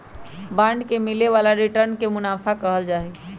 bond से मिले वाला रिटर्न के मुनाफा कहल जाहई